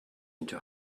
into